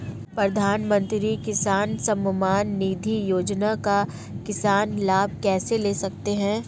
प्रधानमंत्री किसान सम्मान निधि योजना का किसान लाभ कैसे ले सकते हैं?